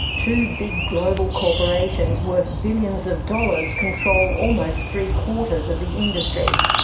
two big global corporations worth billions of dollars control almost three quarters of the industry.